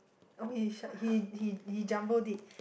oh he shut he he he jumbled it